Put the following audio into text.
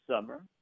summer